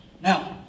Now